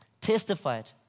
testified